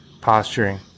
posturing